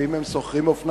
ואם הם שוכרים אופניים,